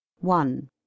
one